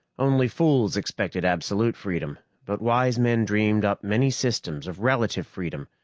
only fools expected absolute freedom, but wise men dreamed up many systems of relative freedom,